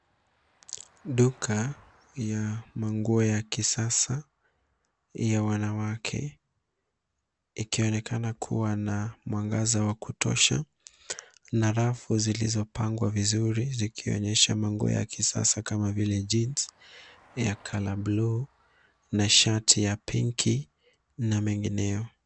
Duka ya nguo ya kisasa ya wanawake. Ikionekana kuwa na mwangaza wa kutosha na rafu zilizopangwa vizuri zikionyesha nguo ya kisasa kama vile jeans ya colour blue na shati ya pink na mengineo.